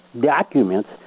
documents